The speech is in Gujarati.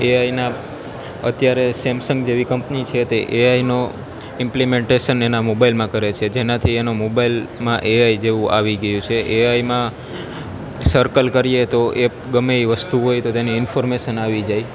એઆઈના અત્યારે સેમસંગ જેવી કંપની છે તે એઆઈનો ઇમ્પલીમેન્ટેશન એના મોબાઈલમાં કરે છે જેનાથી એનો મોબાઈલમાં એઆઈ જેવું આવી ગયું છે એઆઈમાં સર્કલ કરીએ તો એપ ગમે તે વસ્તુ હોય તો તેની ઇન્ફોર્મેશન આવી જાય